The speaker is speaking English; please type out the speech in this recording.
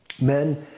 Men